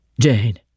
Jane